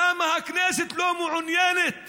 למה הכנסת לא מעוניינת